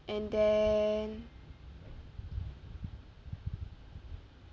and then